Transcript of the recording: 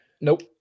Nope